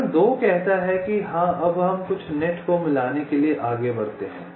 चरण 2 कहता है कि अब हम कुछ नेट को मिलाने के लिए आगे बढ़ते हैं